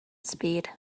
speed